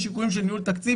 משיקולים של ניהול תקציב,